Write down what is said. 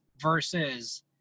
versus